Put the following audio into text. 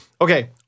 Okay